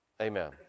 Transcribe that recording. Amen